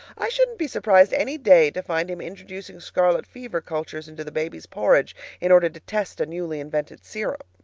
i shouldn't be surprised anyday to find him introducing scarlet fever cultures into the babies' porridge in order to test a newly invented serum.